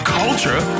culture